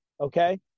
okay